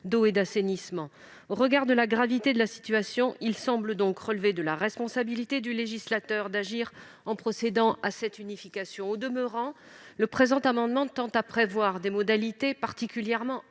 d'eau et d'assainissement. Au regard de la gravité de la situation, il me semble relever de la responsabilité du législateur d'agir en procédant à cette unification. Au demeurant, le présent amendement tend à prévoir des modalités particulièrement